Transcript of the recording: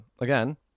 again